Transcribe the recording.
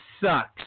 sucks